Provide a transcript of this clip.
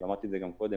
ואמרתי את זה גם קודם,